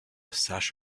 sash